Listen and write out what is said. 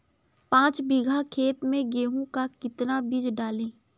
पाँच बीघा खेत में गेहूँ का कितना बीज डालें?